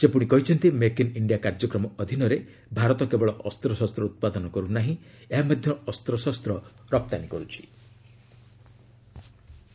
ସେ କହିଛନ୍ତି make in India କାର୍ଯ୍ୟକ୍ରମ ଅଧୀନରେ ଭାରତ କେବଳ ଅସ୍ତ୍ରଶସ୍ତ ଉତ୍ପାଦନ କରୁନାହିଁ ଏହା ମଧ୍ୟ ଅସ୍ତ୍ରଶସ୍ତ ରପ୍ତାନୀ କର୍ତ୍ଥି